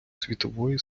світової